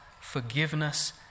forgiveness